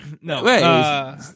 No